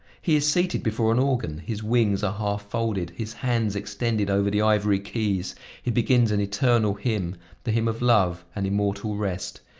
he is seated before an organ his wings are half folded, his hands extended over the ivory keys he begins an eternal hymn the hymn of love and immortal rest,